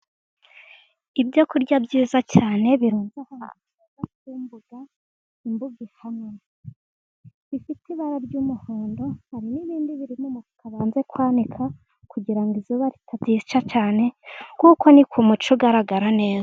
Ibyo kurya byiza cyane birunze ahantu heza ku mbuga, imbuga isa neza. Bifite ibara ry'umuhondo hari n'ibindi biri mu mufuka banze kwanika, kugira ngo izuba ritabyica cyane kuko ni ku mucyo ugaragara neza.